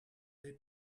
they